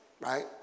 right